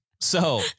So-